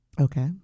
Okay